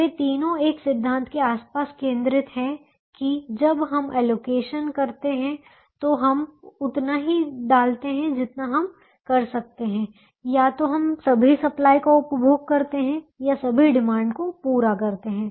वे तीनों एक सिद्धांत के आसपास केंद्रित हैं कि जब हम अलोकेशन करते हैं तो हम उतना ही डालते हैं जितना हम कर सकते हैं या तो हम सभी सप्लाई का उपभोग करते हैं या सभी डिमांड को पूरा करते हैं